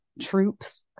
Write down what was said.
troops